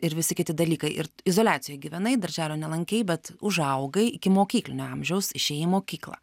ir visi kiti dalykai ir izoliacijoj gyvenai darželio nelankei bet užaugai ikimokyklinio amžiaus išėjai į mokyklą